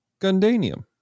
Gundanium